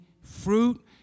fruit